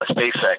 SpaceX